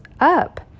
up